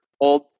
Old